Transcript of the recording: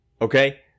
Okay